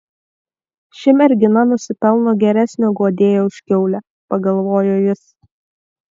ši mergina nusipelno geresnio guodėjo už kiaulę pagalvojo jis